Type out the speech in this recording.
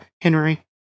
Henry